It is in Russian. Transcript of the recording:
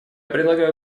предлагаю